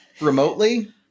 remotely